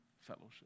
fellowship